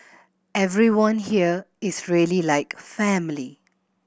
everyone here is really like family